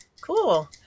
Cool